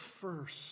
first